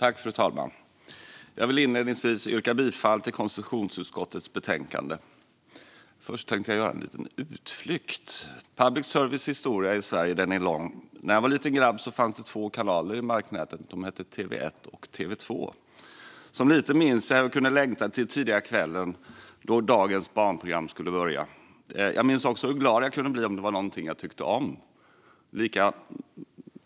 Fru talman! Jag vill inledningsvis yrka bifall till konstitutionsutskottets förslag i betänkandet. Först tänkte jag göra en liten utflykt. Public services historia i Sverige är lång. När jag var liten grabb fanns två kanaler i marknätet, TV1 och TV2. Som liten minns jag hur jag kunde längta till tidiga kvällen, då dagens barnprogram skulle börja. Jag minns hur glad jag kunde bli om det var något jag tyckte om.